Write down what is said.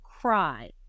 cry